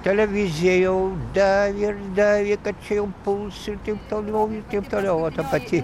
televizija jau degė ir degė kad čia jau puls ir taip toliau ir teip toliau va ta pati